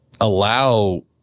allow